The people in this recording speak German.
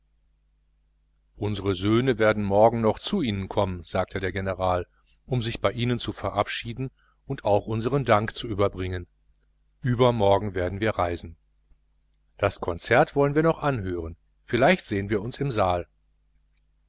unsere söhne werden morgen noch zu ihnen kommen sagte der general um sich bei ihnen zu verabschieden und auch unseren dank zu überbringen übermorgen werden wir reisen das konzert wollen wir noch anhören vielleicht sehen wir uns im saal